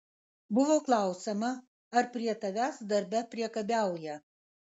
buvo klausiama ar prie tavęs darbe priekabiauja